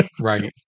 Right